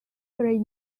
three